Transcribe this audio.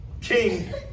king